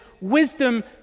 wisdom